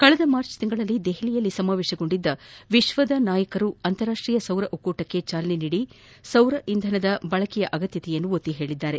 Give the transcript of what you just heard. ಕಳೆದ ಮಾರ್ಚ್ನಲ್ಲಿ ದೆಹಲಿಯಲ್ಲಿ ಸಮಾವೇಶಗೊಂಡಿದ್ದ ವಿಶ್ವದ ನಾಯಕರು ಅಂತಾರಾಷ್ಟೀಯ ಸೌರ ಒಕ್ಕೂಟಕ್ಕೆ ಚಾಲನೆ ನೀಡಿ ಸೌರ ಇಂಧನದ ಬಳಕೆ ಅಗತ್ಯತೆಯನ್ನು ಒತ್ತಿ ಹೇಳಿದ್ದಾರೆ